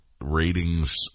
ratings